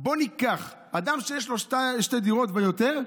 בוא ניקח אדם שיש לו שתי דירות ויותר,